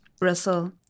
russell